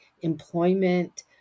employment